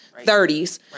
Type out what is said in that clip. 30s